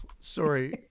sorry